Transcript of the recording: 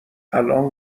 الان